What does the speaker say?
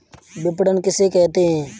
विपणन किसे कहते हैं?